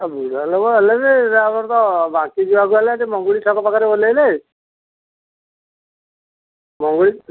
ଆଉ ବୁଢ଼ାଲୋକ ହେଲେବି ଆମର ତ ବାଙ୍କୀ ଯିବାକୁ ହେଲେ ଏଠି ମଙ୍ଗୁଳି ଛକ ପାଖରେ ଓହ୍ଲେଇବେ ମଙ୍ଗୁଳି